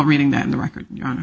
reading that in the record